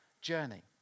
journey